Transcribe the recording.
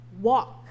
walk